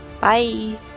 bye